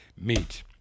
Meet